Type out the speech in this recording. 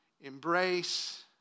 embrace